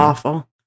Awful